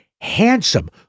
handsome